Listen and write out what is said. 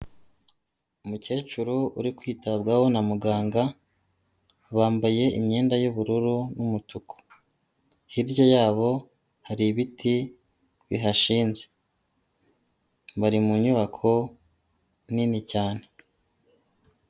Umukecuru uri kwitabwaho na muganga, bambaye imyenda y'ubururu n'umutuku, hirya yabo hari ibiti bihashinze, bari mu nyubako nini cyane.